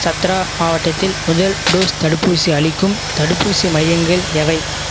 சத்ரா மாவட்டத்தில் முதல் டோஸ் தடுப்பூசி அளிக்கும் தடுப்பூசி மையங்கள் எவை